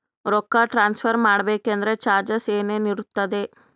ರೊಕ್ಕ ಟ್ರಾನ್ಸ್ಫರ್ ಮಾಡಬೇಕೆಂದರೆ ಚಾರ್ಜಸ್ ಏನೇನಿರುತ್ತದೆ?